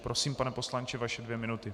Prosím, pane poslanče, vaše dvě minuty.